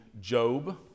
Job